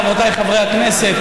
חברותיי חברי הכנסת,